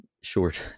short